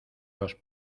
los